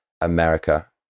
America